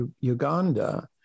Uganda